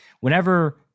whenever